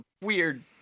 weird